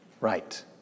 Right